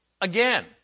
again